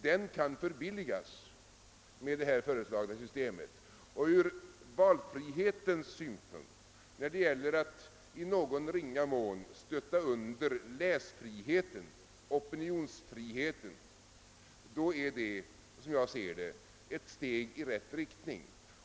Den kan förbilligas med det system som föreslås här, och ur valfrihetens synpunkt, när det gäller att i någon ringa mån stötta under läsfriheten och opinionsfriheten, innebär förslaget, som jag ser det, ett steg i rätt riktning.